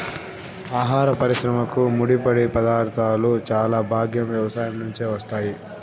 ఆహార పరిశ్రమకు ముడిపదార్థాలు చాలా భాగం వ్యవసాయం నుంచే వస్తాయి